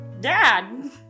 dad